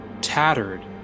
tattered